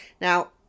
Now